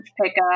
pickup